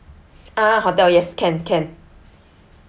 uh hotel yes can can